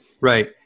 Right